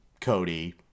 Cody